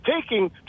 Taking